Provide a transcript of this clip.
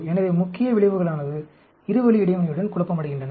எனவே முக்கிய விளைவுகளானது இருவழி இடைவினையுடன் குழப்பமடைகின்றன